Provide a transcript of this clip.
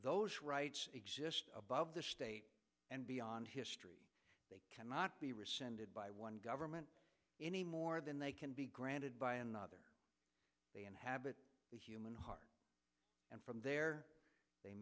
those rights exist above the state and beyond history they cannot be rescinded by one government any more than they can be granted by another they inhabit the human heart and from there they